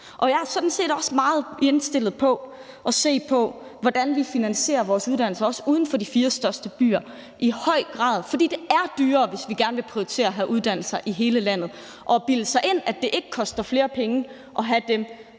også meget indstillet på at se på, hvordan vi finansierer vores uddannelser, også uden for de fire største byer, i høj grad fordi det er dyrere, hvis vi gerne vil prioritere at have uddannelser i hele landet. Og hvis man bilder sig ind, at det ikke koster flere penge at have dem,